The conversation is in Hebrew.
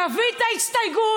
תביא את ההסתייגות,